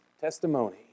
testimony